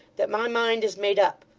that my mind is made up.